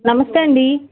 నమస్తే అండి